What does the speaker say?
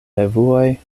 revuoj